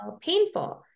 painful